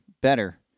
better